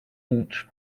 launch